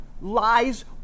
lies